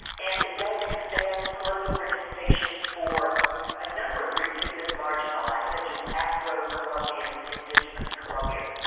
and it does expand political participation for a number of groups who had been marginalised, such as afro colombians, indigenous colombians.